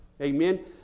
Amen